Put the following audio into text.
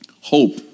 Hope